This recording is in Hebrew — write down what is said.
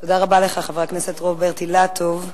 תודה רבה לך, חבר הכנסת רוברט אילטוב.